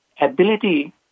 ability